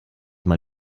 mal